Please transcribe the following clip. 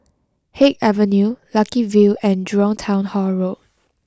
Haig Avenue Lucky View and Jurong Town Hall Road